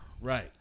right